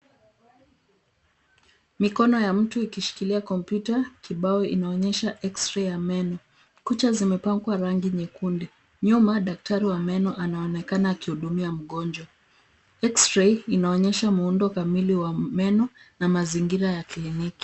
Mikono ya mtu ikishikilia kompyuta kibao, inaonyesha X-ray ya meno. Kucha zimepakwa rangi nyekundu. Nyuma, daktari wa meno anaonekana akihudumia mgonjwa. X-ray inaonyesha muundo kamili wa meno na mazingira ya kliniki.